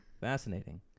Fascinating